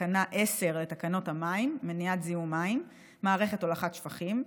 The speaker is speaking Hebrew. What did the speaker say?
לתקנה 10 לתקנות המים (מניעת זיהום מים) (מערכת להולכת שפכים),